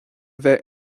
bheith